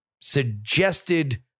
suggested